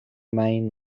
main